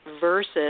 versus